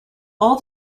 all